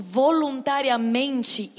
voluntariamente